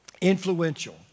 influential